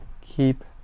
keep